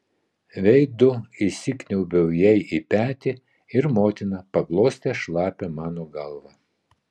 veidu įsikniaubiau jai į petį ir motina paglostė šlapią mano galvą